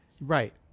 Right